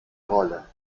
rolle